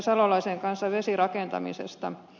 salolaisen kanssa vesirakentamisesta